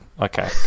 Okay